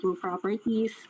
properties